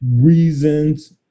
reasons